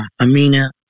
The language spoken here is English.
Amina